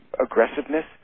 aggressiveness